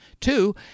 two